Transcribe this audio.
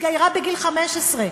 התגיירה בגיל 15,